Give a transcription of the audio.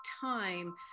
time